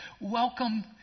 Welcome